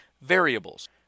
variables